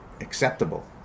acceptable